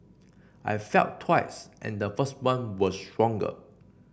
I felt twice and the first one was stronger